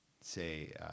say